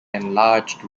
enlarged